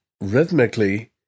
rhythmically